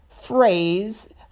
phrase